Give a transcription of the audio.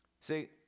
See